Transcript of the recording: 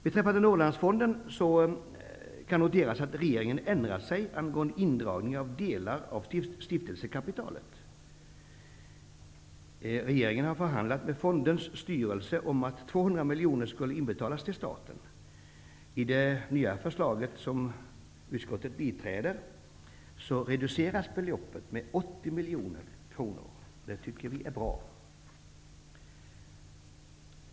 Beträffande Norrlandsfonden kan noteras att regeringen har ändrat sig i frågan om indragning av delar av stiftelsekapitalet. Regeringen har förhandlat med fondens styrelse om att 200 miljoner skulle inbetalas till staten. I det nya förslaget, som utskottet biträder, reduceras beloppet med 80 miljoner kronor.